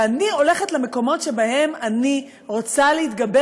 ואני הולכת למקומות שבהם אני רוצה להתגבר